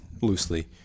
loosely